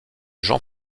jean